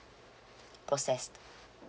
processed